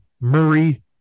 Murray